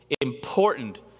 important